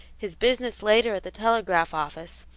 his business later at the telegraph office,